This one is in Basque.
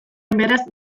beraz